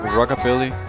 rockabilly